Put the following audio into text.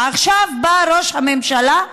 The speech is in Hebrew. ועכשיו בא ראש הממשלה,